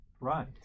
Right